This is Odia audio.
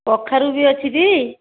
କଖାରୁ ବି ଅଛି ଟି